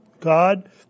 God